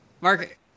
Mark